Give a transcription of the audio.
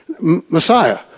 Messiah